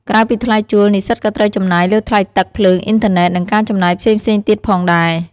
ក្រៅពីថ្លៃជួល និស្សិតក៏ត្រូវចំណាយលើថ្លៃទឹក ភ្លើង អុីនធឺណេត និងការចំណាយផ្សេងៗទៀតផងដែរ។